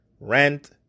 Rent